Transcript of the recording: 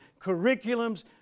curriculums